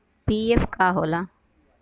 PF का होला?